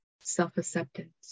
self-acceptance